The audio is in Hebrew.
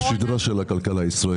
אנחנו עמוד השדרה של הכלכלה הישראלית.